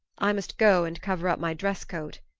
i must go and cover up my dress-coat,